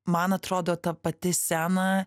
man atrodo ta pati scena